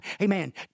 amen